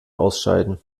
ausscheiden